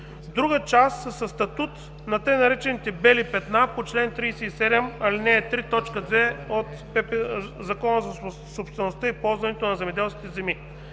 Друга част са със статут на така наречените „бели петна“ по чл. 37, ал. 3, т. 2 от Закона за собствеността и ползването на земеделските земи,